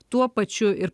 tuo pačiu ir